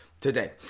today